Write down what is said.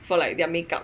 for like their makeup